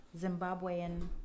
Zimbabwean